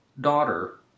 daughter